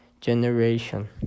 generation